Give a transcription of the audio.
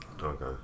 Okay